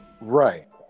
Right